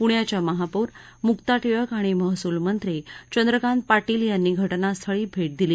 पुण्याच्या महापौर मुका टिळक आणि महसूलमंत्री चंद्रकांत पाटील यांनी घटनास्थळी भेट दिली